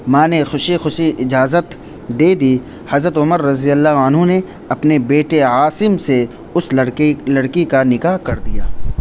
ماں نے خوشی خوشی اجازت دے دی حضرت عمر رضی اللہ عنہ نے اپنے بیٹے عاصم سے اس لڑکے لڑکی کا نکاح کر دیا